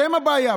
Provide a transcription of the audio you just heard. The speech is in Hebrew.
שהן הבעיה.